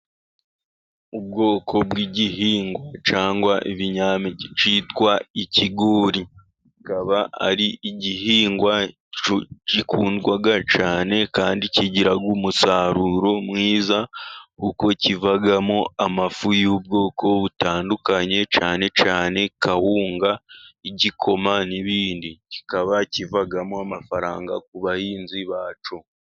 Ubwoko bw'igihingwa cyangwa ibinyampeke cyitwa ikigori, kikaba ari igihingwa gikundwa cyane kandi kigira umusaruro mwiza, k'uko kivamo amafu y'ubwoko butandukanye, Cyane cyane kawunga, igikoma, n'ibindi kikaba kivamo amafaranga ku bahinzi bacu.